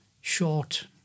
short